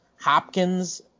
Hopkins